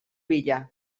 bila